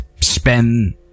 spend